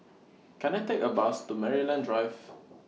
Can I Take A Bus to Maryland Drive